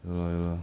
ya lah ya lah